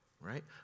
right